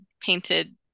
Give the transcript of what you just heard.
painted